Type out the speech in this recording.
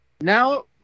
Now